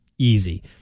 Easy